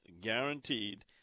guaranteed